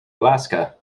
alaska